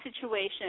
situation